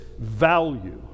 value